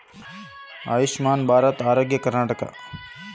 ನನ್ನ ಕುಟುಂಬದಲ್ಲಿರುವ ಎಲ್ಲರಿಗೂ ಆರೋಗ್ಯದ ಇನ್ಶೂರೆನ್ಸ್ ಎಲ್ಲಿ ಮಾಡಿಸಬೇಕು?